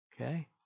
Okay